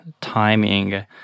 timing